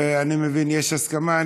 אני מבין יש הסכמה.